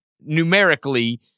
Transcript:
numerically